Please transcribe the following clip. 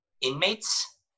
Inmates